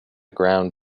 ground